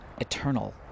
eternal